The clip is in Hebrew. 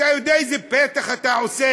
אם זה מה שהבנת, אתה יודע איזה פתח אתה עושה?